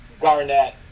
Garnett